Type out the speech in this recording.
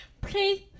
Please